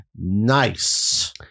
Nice